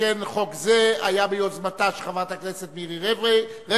שכן חוק זה היה ביוזמתה של חברת הכנסת מירי רגב,